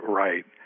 right